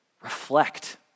reflect